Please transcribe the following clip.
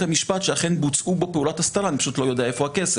המשפט שאכן בוצעו בו פעולות הסתרה כי אני פשוט לא יודע איפה הכסף.